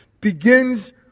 begins